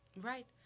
Right